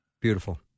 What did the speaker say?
Beautiful